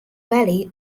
valley